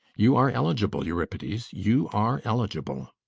you are eligible, euripides you are eligible.